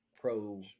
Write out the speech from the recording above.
pro